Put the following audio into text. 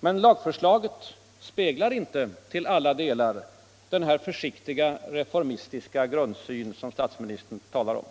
Men lagförslaget speglar inte till alla delar den försiktiga reformistiska grundsyn som statsministern talar om.